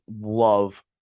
love